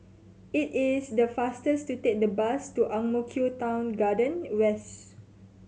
it is the faster to take the bus to Ang Mo Kio Town Garden West